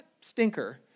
stinker